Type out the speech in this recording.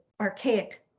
archaic